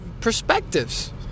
perspectives